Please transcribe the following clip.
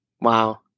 Wow